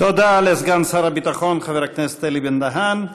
תודה לסגן שר הביטחון חבר הכנסת אלי בן-דהן.